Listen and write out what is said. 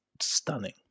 stunning